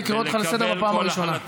אני קורא אותך לסדר פעם ראשונה.